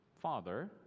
father